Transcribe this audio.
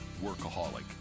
workaholic